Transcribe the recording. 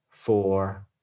four